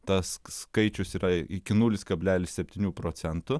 tas skaičius yra iki nulis kablelis septynių procentų